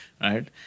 right